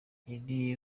indi